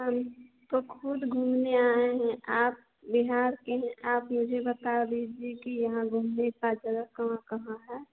हम तो खुद घूमने आए हैं आप बिहार के हैं आप मुझे बता दीजिए कि यहाँ घूमने का जगह कहाँ कहाँ है